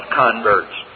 converts